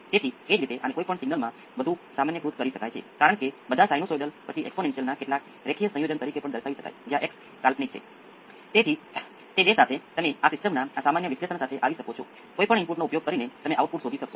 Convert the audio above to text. તેથી આપણે તેને કોઈપણ રીતે રજૂ કરી શકીએ છીએ પરંતુ અંતે બે પ્રારંભિક શરતોમાંથી બે સમીકરણ હશે અને તમે આ બે સંખ્યાઓ શોધી શકો છો